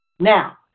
Now